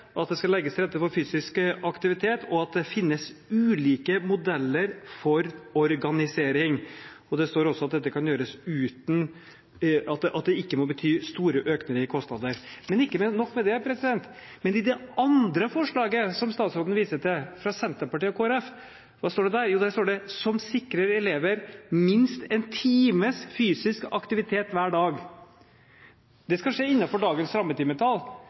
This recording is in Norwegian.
at det skal «legges til rette for fysisk aktivitet», og «at det finnes ulike modeller for organisering». Det står også at det ikke «må bety store økninger i kostnader». Men ikke nok med det, i det andre forslaget som statsråden viser til, fra Senterpartiet og Kristelig Folkeparti, hva står det der? Jo, der står det: «som sikrer elever minst én times fysisk aktivitet hver dag». Det skal skje innenfor dagens rammetimetall.